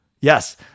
Yes